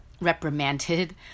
reprimanded